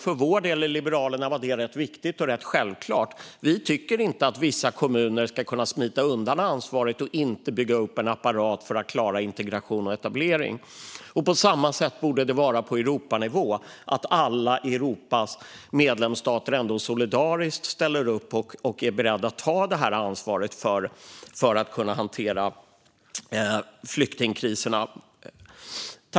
För Liberalernas del var det rätt viktigt och självklart. Vi tycker inte att vissa kommuner ska kunna smita undan ansvaret att bygga upp en apparat för att klara integration och etablering. På samma sätt borde det vara på Europanivå. Alla Europas medlemsstater borde solidariskt ställa upp och vara beredda att ta det här ansvaret för att kunna hantera flyktingkriserna.